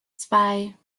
zwei